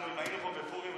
אם היינו פה בפורים,